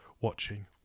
watching